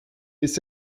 ist